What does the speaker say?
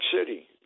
City